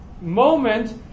moment